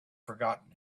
forgotten